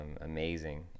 amazing